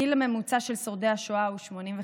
הגיל הממוצע של שורדי השואה הוא 85,